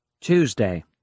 Tuesday